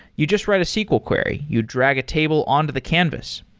you just write a sql query. you drag a table on to the canvas.